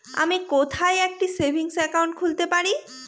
আমি কোথায় একটি সেভিংস অ্যাকাউন্ট খুলতে পারি?